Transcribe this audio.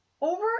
Over